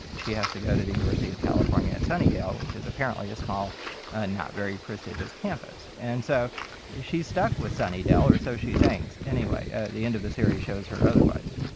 she has to go to the university of california at sunnydale, which is apparently a small and not very prestigious campus. and so she's stuck with sunnydale, or so she thinks. anyway at the end of the series shows her otherwise.